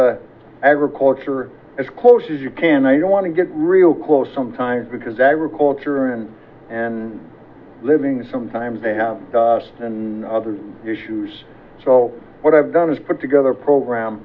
incorporates agriculture as close as you can i don't want to get real close sometimes because agriculture and and living sometimes may have been other issues so what i've done is put together a program